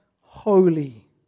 holy